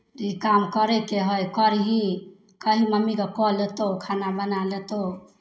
तऽ ई काम करयके हइ करही कही मम्मीकेँ कऽ लेतहु खाना बना लेतहु